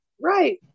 Right